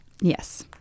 Yes